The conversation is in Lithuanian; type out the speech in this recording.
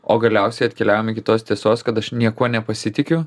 o galiausiai atkeliavom iki tos tiesos kad aš niekuo nepasitikiu